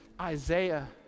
Isaiah